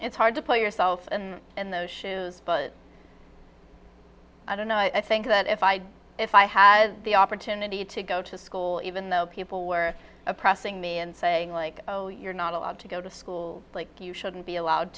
it's hard to put yourself in and those shows but i don't know i think that if i if i had the opportunity to go to school even though people were oppressing me and saying like oh you're not allowed to go to school like you shouldn't be allowed